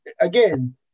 Again